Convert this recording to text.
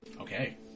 okay